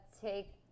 take